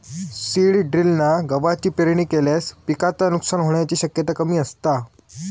seed ड्रिलना गवाची पेरणी केल्यास पिकाचा नुकसान होण्याची शक्यता कमी असता